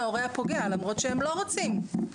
להורה הפוגע למרות שהם לא רוצים,